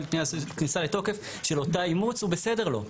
כניסה לתוקן של אותה אימוץ הוא בסדר לו.